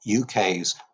UK's